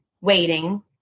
waiting